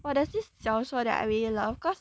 !wah! there's this 小说 that I really love cause